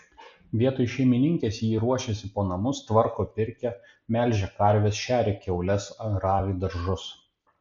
vietoj šeimininkės ji ruošiasi po namus tvarko pirkią melžia karves šeria kiaules ravi daržus